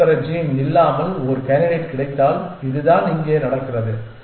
நடுத்தர ஜீன் இல்லாமல் ஒரு கேண்டிடேட் கிடைத்தால் இதுதான் இங்கே நடக்கிறது